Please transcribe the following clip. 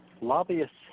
Lobbyists